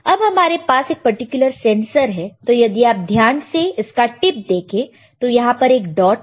अब हमारे पास यह पर्टिकुलर सेंसर है तो यदि आप ध्यान से इसका टिप देखें तो यहां पर एक डॉट है